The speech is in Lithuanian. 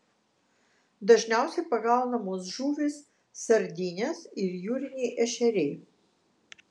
dažniausiai pagaunamos žuvys sardinės ir jūriniai ešeriai